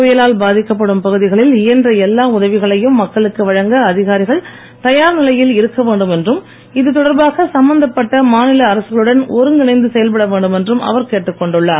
புயலால் பாதிக்கப்படும் பகுதிகளில் இயன்ற எல்லா உதவிகளையும் மக்களுக்கு வழங்க அதிகாரிகள் தயார் நிலையில் இருக்க வேண்டும் என்றும் இதுதொடர்பாக சம்பந்தப்பட்ட மாநில அரசுகளுடன் ஒருங்கிணைந்து செயல்பட வேண்டும் என்றும் அவர் கேட்டுக் கொண்டுள்ளார்